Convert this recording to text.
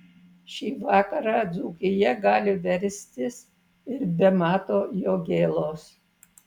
šį vakarą dzūkija gali verstis ir be mato jogėlos